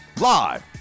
Live